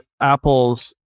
apples